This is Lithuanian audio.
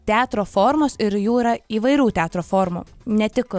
teatro formos ir jų yra įvairių teatro formų ne tik